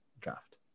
draft